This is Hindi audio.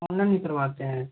मुंडन भी करवाते हैं